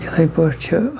یِتھَے پٲٹھۍ چھِ